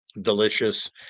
Delicious